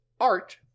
art